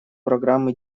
программы